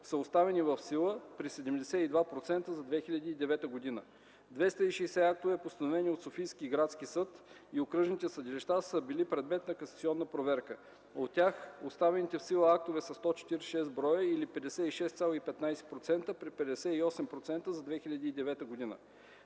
са оставени в сила (при 72% за 2009 г.). Двеста и шестдесет актове, постановени от Софийски градски съд и окръжните съдилища, са били предмет на касационна проверка. От тях оставените в сила актове са 146 броя или 56,15% (при 58% за 2009 г.).